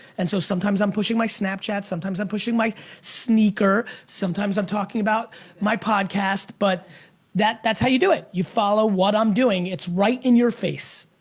and so sometimes i'm pushing my snapchat, sometimes i'm pushing my sneaker, sometimes i'm talking about my podcast but that's how you do it. you follow what i'm doing. it's right in your face.